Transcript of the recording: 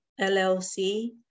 LLC